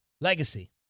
Legacy